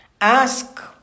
Ask